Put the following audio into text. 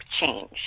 change